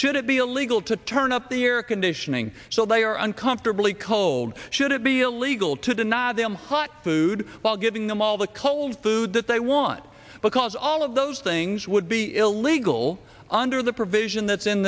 should it be illegal to turn up the year conditioning so they are uncomfortably cold should it be illegal to deny them hot food while giving them all the cold food that they want because all of those things would be illegal under the provision that's in